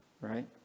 right